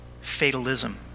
fatalism